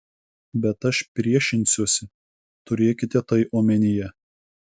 bet aš priešinsiuosi turėkite tai omenyje